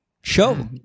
show